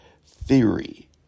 theory